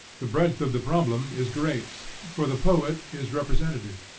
the breadth of the problem is great, for the poet is representative.